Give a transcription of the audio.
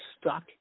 stuck